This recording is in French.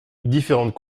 différentes